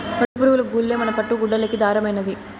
పట్టుపురుగులు గూల్లే మన పట్టు గుడ్డలకి దారమైనాది